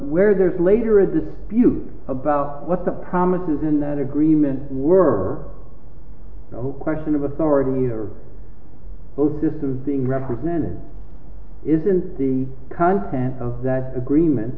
where there's later a dispute about what the promise is in that agreement were no question of authority or both this is being represented is in the content of that agreement